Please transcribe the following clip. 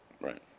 Right